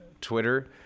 Twitter